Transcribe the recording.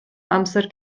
amser